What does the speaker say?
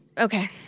Okay